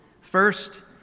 First